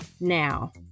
now